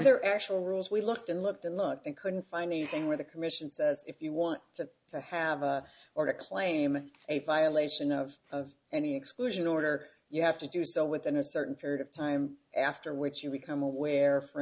there actual rules we looked and looked and looked and couldn't find anything where the commission says if you want to have a or to claim a violation of any exclusion order you have to do so within a certain period of time after which you become aware for